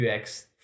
UX